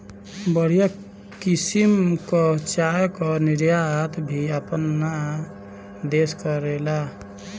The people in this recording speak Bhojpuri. बढ़िया किसिम कअ चाय कअ निर्यात भी आपन देस करेला